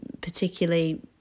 particularly